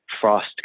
frost